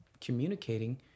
communicating